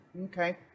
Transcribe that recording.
Okay